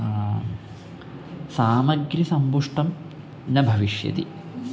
सामग्रिसन्तुष्टं न भविष्यति